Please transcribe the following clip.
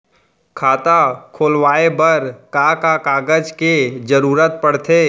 खाता खोलवाये बर का का कागज के जरूरत पड़थे?